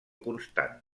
constant